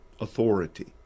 authority